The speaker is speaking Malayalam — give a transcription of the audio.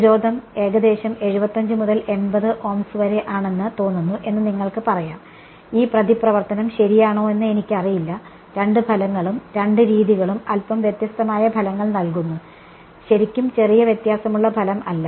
പ്രതിരോധം ഏകദേശം 75 മുതൽ 80 ഓംസ് വരെ ആണെന്ന് തോന്നുന്നു എന്ന നിങ്ങൾക്ക് പറയാം ഈ പ്രതിപ്രവർത്തനം ശരിയാണോ എന്ന് എനിക്കറിയില്ല രണ്ട് ഫലങ്ങളും രണ്ട് രീതികളും അല്പം വ്യത്യസ്തമായ ഫലങ്ങൾ നൽകുന്നു ശരിക്കും ചെറിയ വ്യത്യാസമുള്ള ഫലം അല്ല